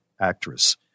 actress